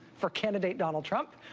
for candidate donald trump.